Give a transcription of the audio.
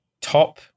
top